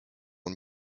and